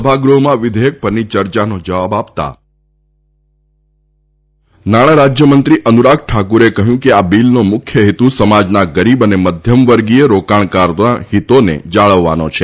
સભાગૃહમાં વિઘેયક પરની ચર્ચાનો જવાબ આપતા નાણાં રાજ્યમંત્રી અનુરાગ ઠાકુરે કહ્યું કે આ બીલનો મુખ્ય હેતુ સમાજના ગરીબ અને મધ્યમવર્ગીય રોકાણકર્તાઓના હીતોને જાળવવાનો છે